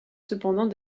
cependant